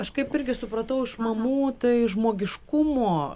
aš kaip irgi supratau iš mamų tai žmogiškumo